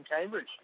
Cambridge